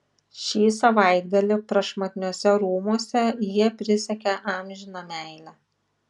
šį savaitgalį prašmatniuose rūmuose jie prisiekė amžiną meilę